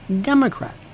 Democrat